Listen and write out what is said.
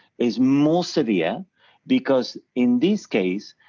is more severe because in this case,